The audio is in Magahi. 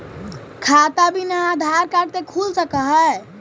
खाता बिना आधार कार्ड के खुल सक है?